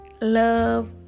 love